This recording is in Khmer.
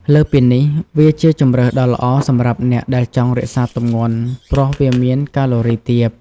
លើសពីនេះ វាជាជម្រើសដ៏ល្អសម្រាប់អ្នកដែលចង់រក្សាទម្ងន់ព្រោះវាមានកាឡូរីទាប។